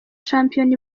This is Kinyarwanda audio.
shampiyona